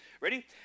Ready